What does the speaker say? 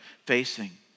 facing